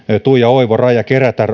tuija oivo ja raija kerätär